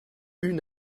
une